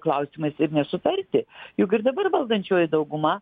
klausimais ir nesutarti juk ir dabar valdančioji dauguma